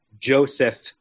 Joseph